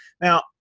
Now